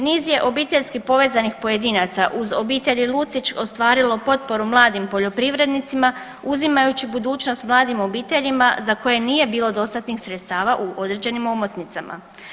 Niz je obiteljski povezanih pojedinaca uz obitelji Lucić ostvarilo potporu mladim poljoprivrednicima uzimajući budućnost mladim obiteljima za koje nije bilo dostatnih sredstava u određenim omotnicama.